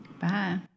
Bye